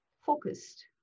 focused